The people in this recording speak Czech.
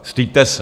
Styďte se.